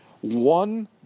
One